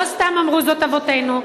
לא סתם אמרו זאת אבותינו,